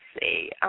see